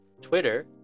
Twitter